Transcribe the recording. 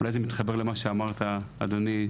אולי זה מתחבר למה שאמרת אדוני,